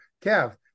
Kev